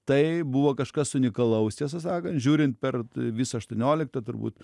tai buvo kažkas unikalaus tiesą sakant žiūrint per visą aštuonioliktą turbūt